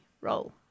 roll